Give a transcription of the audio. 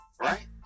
Right